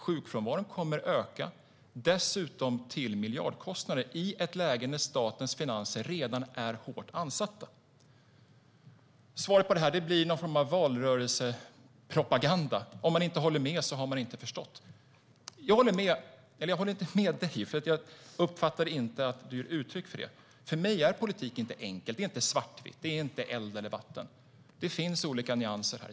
Sjukfrånvaron kommer att öka till miljardkostnader, i ett läge där statens finanser redan är hårt ansatta. Svaret blir någon form av valrörelsepropaganda: Om man inte håller med har man inte förstått. Jag håller inte med ministern eftersom jag inte uppfattar att hon ger uttryck för det. För mig är politik inte enkelt, inte svartvitt, inte eld eller vatten. Det finns olika nyanser.